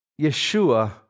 Yeshua